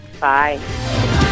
Bye